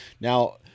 now